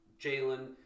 Jalen